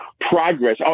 progress